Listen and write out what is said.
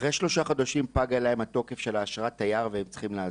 אחרי שלושה חודשים פג להם התוקף של אשרת התייר והם צריכים לעזוב,